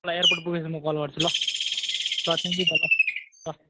तपाईँलाई एयरपोर्ट पुगेपछि म कल गर्छु ल ल थ्याङ्क्यु दादा ल